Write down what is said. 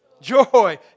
Joy